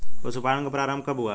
पशुपालन का प्रारंभ कब हुआ?